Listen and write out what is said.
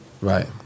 Right